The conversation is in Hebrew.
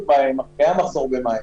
קיים מחסור במים.